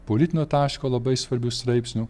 politinio taško labai svarbių straipsnių